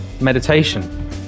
meditation